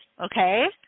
Okay